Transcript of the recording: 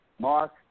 Mark